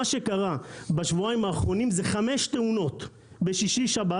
מה שקרה בשבועיים האחרונים זה חמש תאונות בשישי-שבת,